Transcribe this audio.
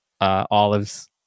olives